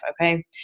Okay